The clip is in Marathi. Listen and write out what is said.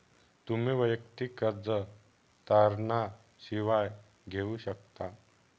तुम्ही वैयक्तिक कर्ज तारणा शिवाय घेऊ शकता